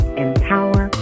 empower